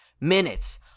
minutes